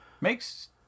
Makes